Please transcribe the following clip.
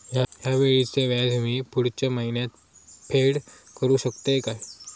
हया वेळीचे व्याज मी पुढच्या महिन्यात फेड करू शकतय काय?